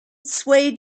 swayed